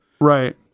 right